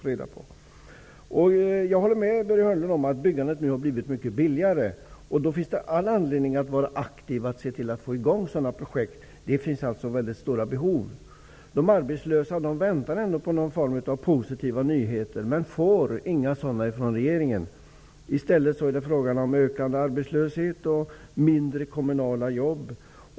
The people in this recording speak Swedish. Jag håller med Börje Hörnlund om att byggandet nu har blivit mycket billigare. Det finns då all anledning att vara aktiv när det gäller att få i gång projekt. Det finns mycket stora behov. De arbetslösa väntar på någon form av positiva nyheter men får inga sådana från regeringen. I stället är det fråga om ökande arbetslöshet och mindre av kommunala jobb.